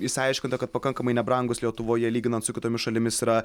išsiaiškinta kad pakankamai nebrangus lietuvoje lyginant su kitomis šalimis yra